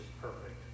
perfect